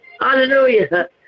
hallelujah